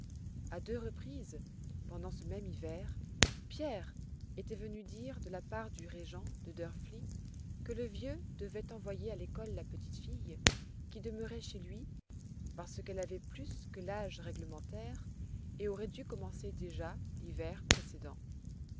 a deux reprises pendant ce même hiver pierre était venu dire de la part du régent de drfli que le vieux devait envoyer à l'école la petite fille qui demeurait chez lui parce qu'elle avait plus que l'âge réglementaire et aurait dû commencer déjà l'hiver précédent